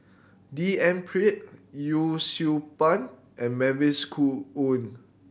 D N Pritt Yee Siew Pun and Mavis Khoo Oei